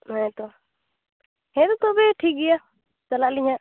ᱦᱮᱸ ᱛᱳ ᱦᱮᱸ ᱛᱳ ᱛᱚᱵᱮ ᱴᱷᱤᱠ ᱜᱮᱭᱟ ᱪᱟᱞᱟᱜ ᱟᱹᱞᱤᱧ ᱦᱟᱸᱜ